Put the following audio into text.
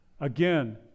Again